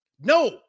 No